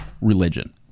religion